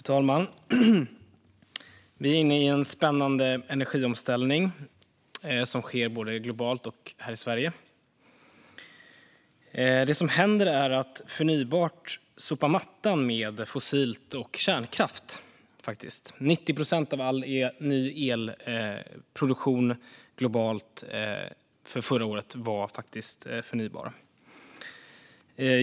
Fru talman! Vi är inne i en spännande energiomställning som sker både globalt och här i Sverige. Det som händer är att förnybart sopar mattan med fossilt och kärnkraft. 90 procent av all ny elproduktion globalt förra året var faktiskt förnybar.